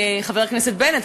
חבר הכנסת בנט,